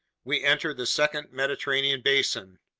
we entered the second mediterranean basin,